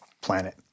planet